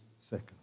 second